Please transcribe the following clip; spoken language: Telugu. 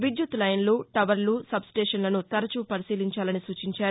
విద్యుత్ లైన్లు టవర్లు సబ్ స్టేషన్లను తరచూ పరిశీలించాలని సూచించారు